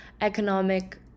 economic